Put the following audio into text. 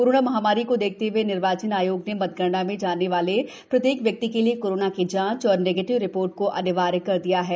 corona महामारी को देखते हुए निर्वाचन आयोग ने मतगणना में जाने वाले प्रत्येक व्यक्ति के लिए कोरोना की जांच और नेगेटिव रि ोर्ट को अनिवार्य कर दिया है